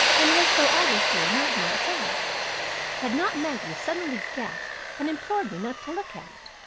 and was so obviously not my affair had not maggie suddenly gasped and implored me not to look at it.